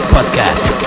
Podcast